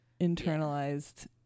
internalized